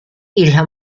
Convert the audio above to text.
isla